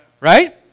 right